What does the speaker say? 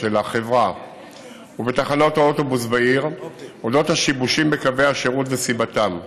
של החברה ובתחנות האוטובוס בעיר על השיבושים בקווי השירות וסיבתם.